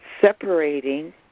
separating